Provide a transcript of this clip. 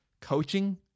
coaching